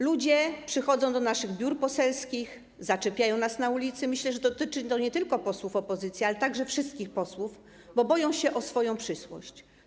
Ludzie przychodzą do naszych biur poselskich, zaczepiają nas na ulicy - myślę, że dotyczy to nie tylko posłów opozycji, lecz także wszystkich posłów - bo boją się o swoją przyszłość.